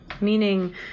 Meaning